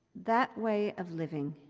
that way of living